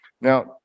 Now